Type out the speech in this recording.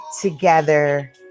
together